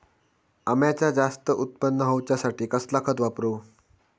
अम्याचा जास्त उत्पन्न होवचासाठी कसला खत वापरू?